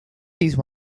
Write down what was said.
these